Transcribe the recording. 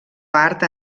part